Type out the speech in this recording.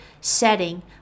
setting